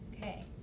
Okay